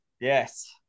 Yes